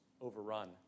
overrun